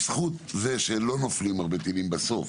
בזכות זה שלא נופלים הרבה טילים בסוף,